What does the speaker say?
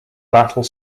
battle